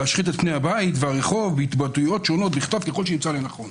להשחית את פני הבית והרחוב בהתבטאויות שונות בכתב ככל שימצא לנכון".